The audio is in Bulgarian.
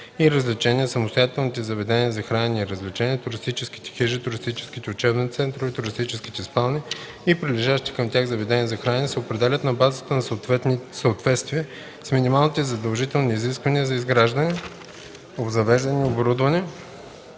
и развлечения, самостоятелните заведения за хранене и развлечения, туристическите хижи, туристическите учебни центрове, туристическите спални и прилежащите към тях заведения за хранене се определя на базата на съответствие с минималните задължителни изисквания за изграждане, обзавеждане и оборудване,